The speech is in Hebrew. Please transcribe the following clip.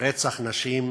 ורצח נשים